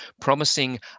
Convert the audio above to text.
promising